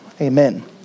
amen